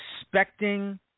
expecting